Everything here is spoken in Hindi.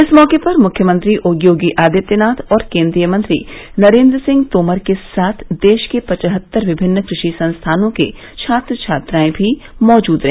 इस मौके पर मुख्यमंत्री योगी आदित्यनाथ और केंद्रीय मंत्री नरेंद्र सिंह तोमर के साथ देश के पचहत्तर विभिन्न कृषि संस्थानों के छात्र छात्राएं भी मौजूद रहे